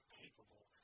capable